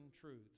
truths